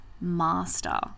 master